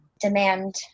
demand